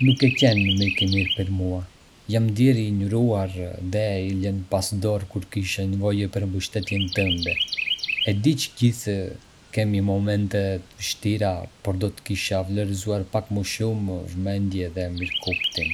Nuk ke qenë një mik i mirë për mua... jam ndier i injoruar dhe i lënë pas dore kur kisha nevojë për mbështetjen tënde. E di që të gjithë kemi momente të vështira, por do të kisha vlerësuar pak më shumë vëmendje dhe mirëkuptim.